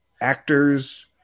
actors